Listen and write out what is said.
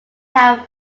have